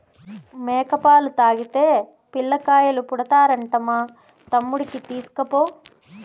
మేక పాలు తాగితే పిల్లకాయలు పుడతారంట మా తమ్ముడికి తీస్కపో